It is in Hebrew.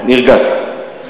זה מופיע במצע, נרגעתי.